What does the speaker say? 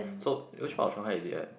so which part of Shanghai is it at